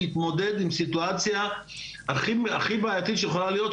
להתמודד עם סיטואציה הכי בעיתית שיכולה להיות,